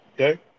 Okay